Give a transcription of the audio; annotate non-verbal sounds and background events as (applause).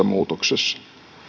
(unintelligible) muutoksessa